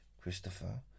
Christopher